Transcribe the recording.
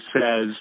says